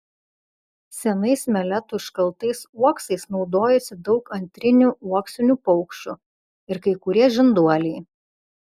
senais meletų iškaltais uoksais naudojasi daug antrinių uoksinių paukščių ir kai kurie žinduoliai